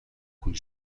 хүн